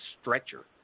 stretcher